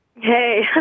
Hey